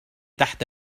تحت